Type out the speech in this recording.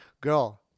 Girl